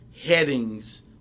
headings